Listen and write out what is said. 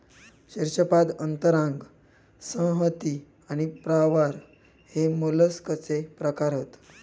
शीर्शपाद अंतरांग संहति आणि प्रावार हे मोलस्कचे प्रकार हत